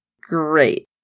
great